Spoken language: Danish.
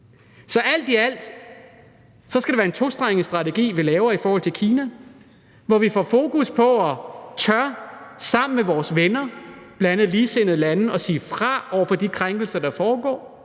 Så alt i alt skal det være en tostrenget strategi, vi laver i forhold til Kina, hvor vi på den ene side får fokus på og sammen med vores venner, bl.a. ligesindede lande, tør at sige fra over for de krænkelser, der foregår